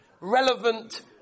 relevant